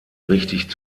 richtig